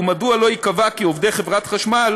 ומדוע לא ייקבע כי עובדי חברת החשמל